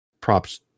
props